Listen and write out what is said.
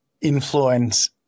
influence